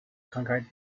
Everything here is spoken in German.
krankheit